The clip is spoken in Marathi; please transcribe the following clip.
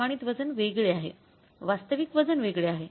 प्रमाणित वजन वेगळे आहे वास्तविक वजन वेगळे आहे